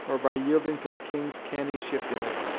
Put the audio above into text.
or by yielding to the king's canny shiftiness,